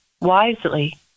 wisely